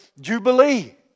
Jubilee